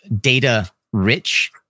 Data-rich